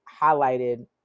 highlighted